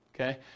okay